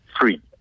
free